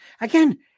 Again